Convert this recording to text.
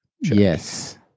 Yes